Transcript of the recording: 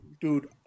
dude